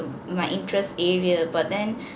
my interest area but then